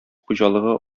хуҗалыгы